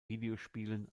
videospielen